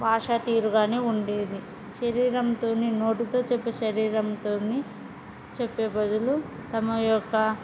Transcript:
భాష తీరుగాని ఉండేది శరీరంతోనోటితో చెప్పే శరీరంతో చెప్పే బదులు తమ యొక్క